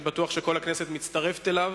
ואני בטוח שכל הכנסת מצטרפת אליו.